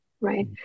right